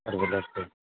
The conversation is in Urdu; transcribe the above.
فور وہیلر سے